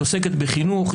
היא עוסקת בחינוך,